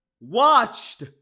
Watched